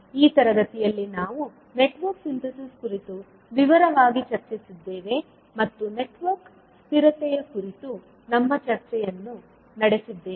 ಈ ತರಗತಿಯಲ್ಲಿ ನಾವು ನೆಟ್ವರ್ಕ್ ಸಿಂಥೆಸಿಸ್ ಕುರಿತು ವಿವರವಾಗಿ ಚರ್ಚಿಸಿದ್ದೇವೆ ಮತ್ತು ನೆಟ್ವರ್ಕ್ ಸ್ಥಿರತೆಯ ಕುರಿತು ನಮ್ಮ ಚರ್ಚೆಯನ್ನು ನಡೆಸಿದ್ದೇವೆ